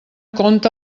compte